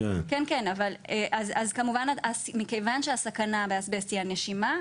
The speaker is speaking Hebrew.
כמובן שמכיוון שהסכנה באסבסט היא הנשימה,